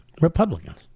Republicans